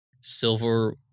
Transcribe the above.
silver